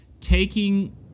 taking